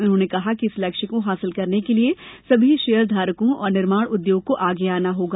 उन्होंने कहा कि इस लक्ष्य को हासिल करने के लिए सभी शेयर धारकों और निर्माण उद्योग को आगे आना होगा